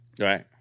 Right